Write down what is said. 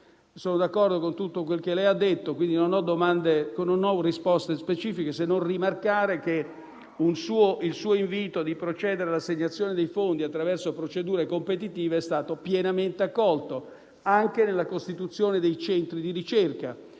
sono d'accordo con tutto quello che ha detto e, quindi, non ho risposte specifiche, se non rimarcare che il suo invito di procedere all'assegnazione dei fondi attraverso procedure competitive è stato pienamente accolto, anche nella costituzione dei centri di ricerca.